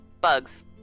bugs